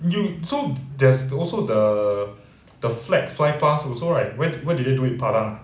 you so there's also the the flag fly past also right when when did they do it padang